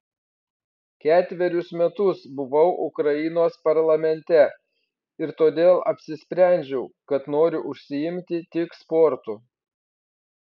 ketverius metus buvau ukrainos parlamente ir todėl apsisprendžiau kad noriu užsiimti tik sportu